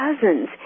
Cousins